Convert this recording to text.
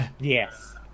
Yes